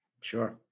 sure